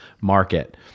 market